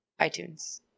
iTunes